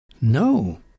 No